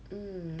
mm